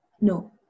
No